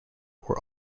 were